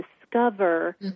discover